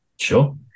Sure